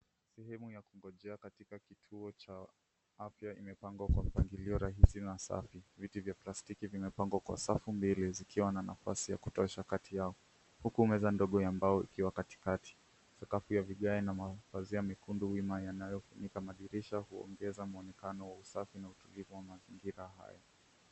Sehemu ya kungojea katika kituo cha afya imepangwa kwa mpangilio rahisi na safi. Viti vya plastiki vimepangwa kwa safu mbili zikiwa na nafasi ya kutosha kati yao, huku meza ndogo ya mbao ikiwa katikati. Sakafu ya vigae na mapazia mekundu wima yanayofunika madirisha huongeza mwonekano wa usafi, na utulivu wa mazingira haya.